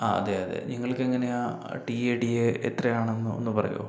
ആ അതെ അതെ നിങ്ങൾക്കെങ്ങനെയാണ് ടി എ ഡി എ എത്രയാണെന്ന് ഒന്ന് പറയുവോ